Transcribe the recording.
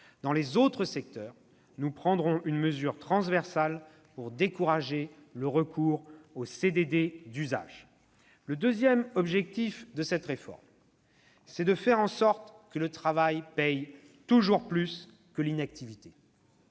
Dans les autres secteurs, nous prendrons une mesure transversale pour décourager le recours aux CDD d'usage. « Le deuxième objectif de cette réforme, c'est de faire en sorte que le travail paye toujours plus que l'inactivité.